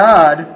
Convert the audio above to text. God